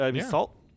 salt